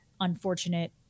unfortunate